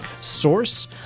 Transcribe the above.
source